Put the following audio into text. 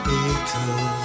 Beatles